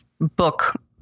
book